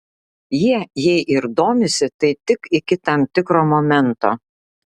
jie jei ir domisi tai tik iki tam tikro momento